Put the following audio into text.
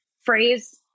phrase